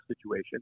situation